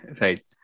Right